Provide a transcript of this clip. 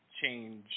change